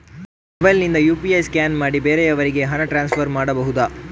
Mobile ನಿಂದ UPI scan ಮಾಡಿ ಬೇರೆಯವರಿಗೆ ಹಣ ಟ್ರಾನ್ಸ್ಫರ್ ಮಾಡಬಹುದ?